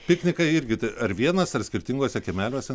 piknikai irgi tai ar vienas ar skirtinguose kiemeliuose